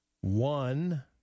one